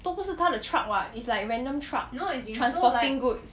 都不是他的 truck [what] is like random truck is transporting goods